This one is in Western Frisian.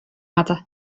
moatte